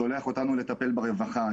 שולח אותנו לטפל ברווחה,